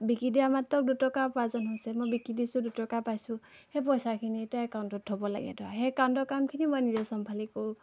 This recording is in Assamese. বিকি দিয়া মাত্ৰ দুটকা উপাৰ্জন হৈছে মই বিকি দিছোঁ দুটকা পাইছোঁ সেই পইচাখিনিতে একাউণ্টত থ'ব লাগে ধৰক সেই একাউণ্টৰ কামখিনি মই নিজে চম্ভালি কৰোঁ